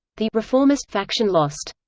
the reformist faction lost.